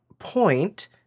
point